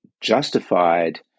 justified